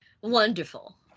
Wonderful